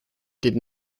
did